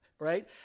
Right